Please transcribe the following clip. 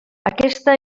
aquesta